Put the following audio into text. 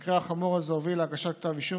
המקרה החמור הזה הוביל להגשת כתב אישום,